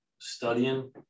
studying